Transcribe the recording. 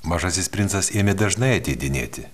mažasis princas ėmė dažnai ateidinėti